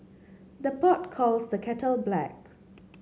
the pot calls the kettle black